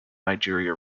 nigeria